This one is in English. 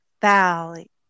Valley